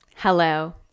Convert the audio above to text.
Hello